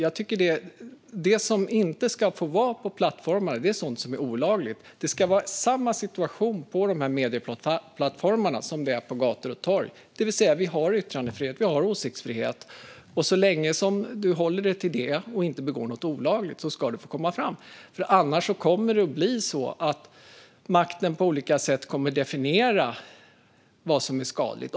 Det som inte ska få vara på plattformar är sådant som är olagligt. Det ska vara samma situation på medieplattformarna som det är på gator och torg. Vi har yttrandefrihet. Vi har åsiktsfrihet. Så länge som du håller dig till det och inte begår något olagligt ska du få komma fram. Annars kommer makten på olika sätt att definiera vad som är skadligt.